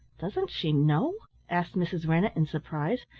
doesn't she know? asked mrs. rennett in surprise,